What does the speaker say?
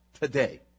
today